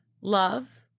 Love